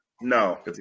No